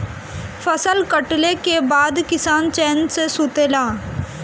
फसल कटले के बाद किसान चैन से सुतेला